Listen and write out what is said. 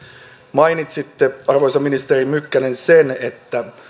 mainitsitte arvoisa ministeri mykkänen sen että